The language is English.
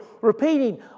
repeating